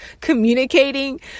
communicating